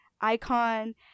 Icon